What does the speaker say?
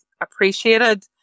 appreciated